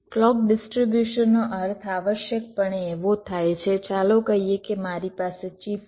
clock ડિસ્ટ્રીબ્યુશનનો અર્થ આવશ્યકપણે એવો થાય છે ચાલો કહીએ કે મારી પાસે ચિપ છે